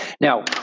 Now